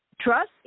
Trust